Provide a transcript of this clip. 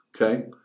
okay